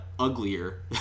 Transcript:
uglier